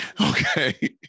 Okay